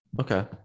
okay